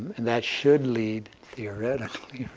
and that should lead, theoretically,